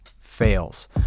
fails